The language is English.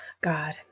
God